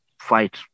fight